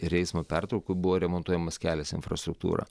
ir eismo pertraukų buvo remontuojamas kelias infrastruktūra